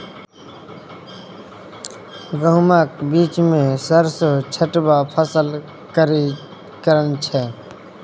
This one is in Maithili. गहुमक बीचमे सरिसों छीटब फसल चक्रीकरण छै